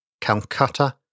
Calcutta